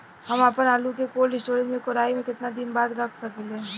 हम आपनआलू के कोल्ड स्टोरेज में कोराई के केतना दिन बाद रख साकिले?